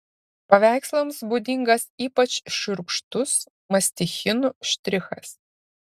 paveikslams būdingas ypač šiurkštus mastichinų štrichas